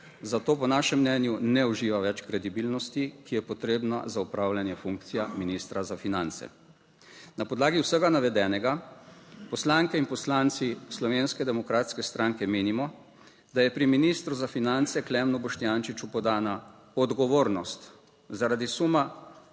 zato po našem mnenju ne uživa več kredibilnosti, ki je potrebna za opravljanje funkcije ministra za finance. Na podlagi vsega navedenega poslanke in poslanci Slovenske demokratske stranke menimo, da je pri ministru za finance Klemnu Boštjančiču podana odgovornost zaradi suma